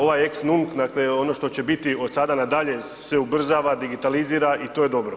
Ovaj ex nunc, dakle ono što će biti od sada nadalje se ubrzava, digitalizira i to je dobro.